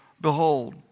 behold